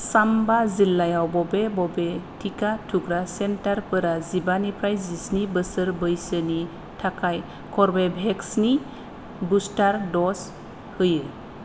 चाम्बा जिल्लायाव बबे बबे टिका थुग्रा सेन्टारफोरा जिबानिफ्राय जिस्नि बोसोर बैसोनि थाखाय कर्वेभेक्सनि बुस्टार द'ज होयो